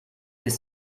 this